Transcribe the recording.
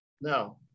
No